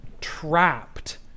trapped